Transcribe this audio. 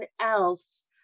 else